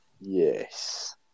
Yes